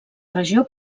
regió